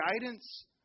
guidance